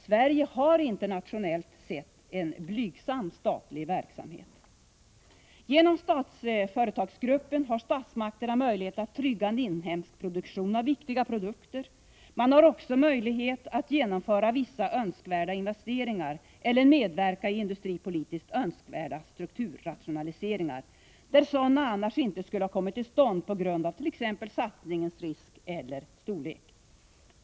Sverige har internationellt sett en blygsam statlig verksamhet. Genom Statsföretagsgruppen har statsmakterna möjlighet att trygga en inhemsk produktion av viktiga produkter. De har också möjlighet att genomföra vissa önskvärda investeringar eller medverka i industripolitiskt önskvärda strukturrationaliseringar, där sådana annars inte skulle ha kommit till stånd på grund av t.ex. satsningens risk eller storlek.